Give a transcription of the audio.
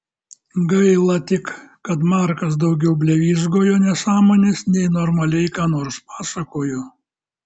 gaila tik kad markas daugiau blevyzgojo nesąmones nei normaliai ką nors pasakojo